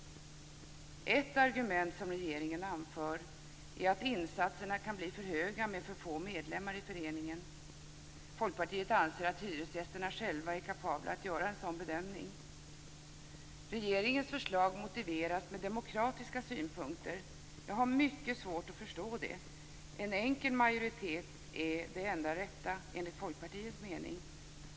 Ett argument som regeringen anför är att insatserna kan bli för höga med för få medlemmar i föreningen. Folkpartiet anser att hyresgästerna själva är kapabla att göra en sådan bedömning. Regeringens förslag motiveras med demokratiska synpunkter. Jag har mycket svårt att förstå det. En enkel majoritet är det enda rätta, enligt Folkpartiets mening.